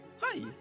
Hi